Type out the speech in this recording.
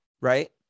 right